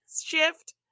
shift